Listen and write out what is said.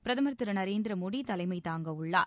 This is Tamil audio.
பிரதமர் திரு நரேந்திர மோடி தலைமை தாங்கவுள்ளார்